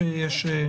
שבוע טוב,